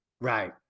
right